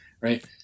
right